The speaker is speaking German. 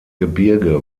gebirge